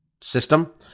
system